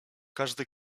każdy